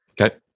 Okay